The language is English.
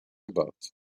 about